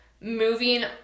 moving